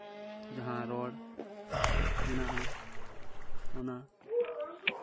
ᱡᱟᱦᱟᱸ ᱨᱚᱲ ᱢᱮᱱᱟᱜᱼᱟ ᱚᱱᱟ